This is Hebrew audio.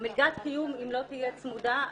מלגת קיום אם לא תהיה צמודה,